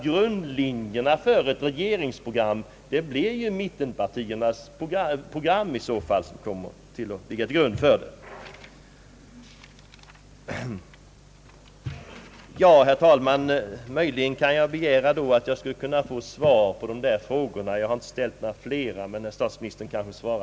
Grunden för ett regeringsprogram blir ju mittenpartiernas program. Herr talman! Möjligen kan jag begära av statsministern att få svar på dessa frågor — jag har inte ställt några flera.